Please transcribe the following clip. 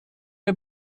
der